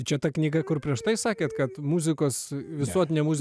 čia ta knyga kur prieš tai sakėt kad muzikos visuotinė muzik